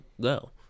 go